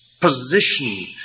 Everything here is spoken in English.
position